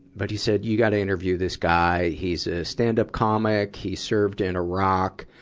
but he said you gotta interview this guy. he's a stand-up comic, he served in iraq,